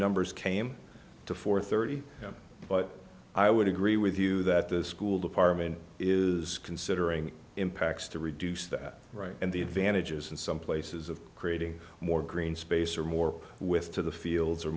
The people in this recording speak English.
numbers came to four hundred and thirty but i would agree with you that the school department is considering impacts to reduce that right and the advantages in some places of creating more green space or more with to the fields